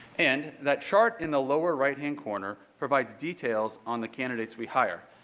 and that chart in the lower right-hand corner provides details on the candidates we hire.